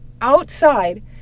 outside